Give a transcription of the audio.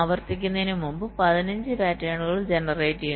ആവർത്തിക്കുന്നതിന് മുമ്പ് 15 പാറ്റേണുകൾ ജനറേറ്റ് ചെയ്യുന്നു